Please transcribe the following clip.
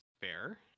fair